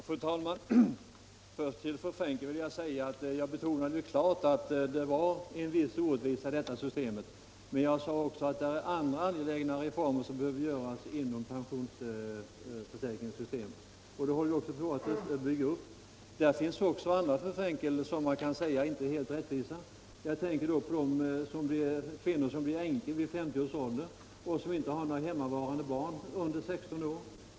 Fru talman! Till fru Frenkel vill jag säga att jag klart betonade att detta system innebär en viss orättvisa. Men jag sade också att det finns andra angelägna reformer som behöver vidtas inom pensionsförsäkringssystemet. Där finns också andra regler, fru Frenkel, som man kan säga inte är helt rättvisa. Jag tänker t.ex. på de kvinnor som blir änkor i 50-årsåldern och som inte har några hemmavarande barn under 16 år.